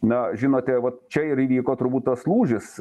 na žinote vat čia ir įvyko turbūt tas lūžis